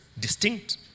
distinct